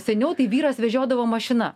seniau tai vyras vežiodavo mašina